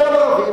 אותם ערבים,